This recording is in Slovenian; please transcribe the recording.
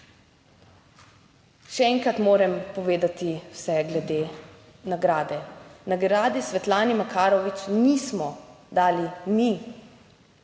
Še enkrat moram povedati vse glede nagrade. Nagrade Svetlane Makarovič nismo dali mi.